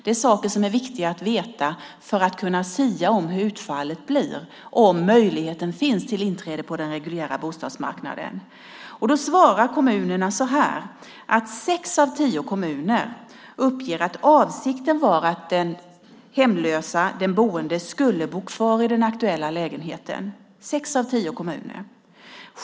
Det är saker som är viktiga att veta för att kunna sia om hur utfallet blir och om möjligheten finns till inträde på den reguljära bostadsmarknaden. Sex av tio kommuner uppger att avsikten var att den hemlösa, den boende, skulle bo kvar i den aktuella lägenheten.